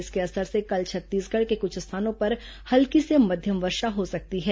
इसके असर से कल छत्तीसगढ़ के कुछ स्थानों पर हल्की से मध्यम वर्षा हो सकती है